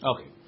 Okay